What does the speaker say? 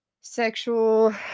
sexual